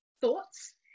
thoughts